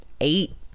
eight